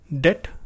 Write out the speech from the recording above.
debt